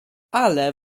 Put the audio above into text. ale